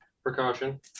Precaution